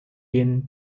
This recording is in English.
been